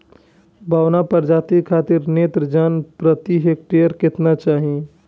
बौना प्रजाति खातिर नेत्रजन प्रति हेक्टेयर केतना चाही?